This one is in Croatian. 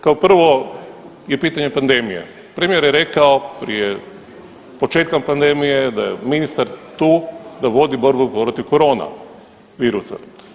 Kao prvo je pitanje pandemije, premijer je rekao prije početka pandemije da je ministar tu da vodi borbu protiv korona virusa.